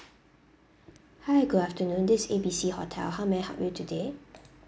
hi good afternoon this is A B C hotel how may I help you today